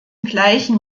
gleichen